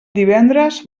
divendres